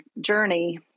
journey